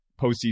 postseason